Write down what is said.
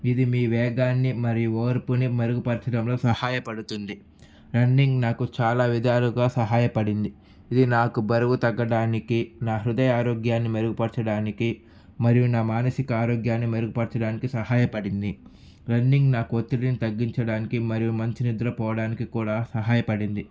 ఇది మీ వేగాన్ని మరియు ఓర్పుని మెరుగుపరచడంలో సహాయపడుతుంది రన్నింగ్ నాకు చాలా విధాలుగా సహాయపడింది ఇది నాకు బరువు తగ్గడానికి నా హృదయ ఆరోగ్యాన్ని మెరుగుపరచడానికి మరియు నా మానసిక ఆరోగ్యాన్ని మెరుగుపరచడానికి సహాయపడింది రన్నింగ్ నాకు ఒత్తిడిని తగ్గించడానికి మరియు మంచి నిద్ర పోవడానికి కూడా సహాయపడింది